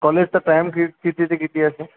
कॉलेजचा time fix किती ते किती आहे सर